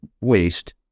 waste